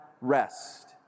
rest